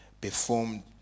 performed